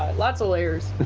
lots of layers.